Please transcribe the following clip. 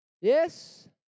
Yes